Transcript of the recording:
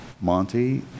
monty